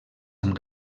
amb